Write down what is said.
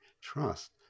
trust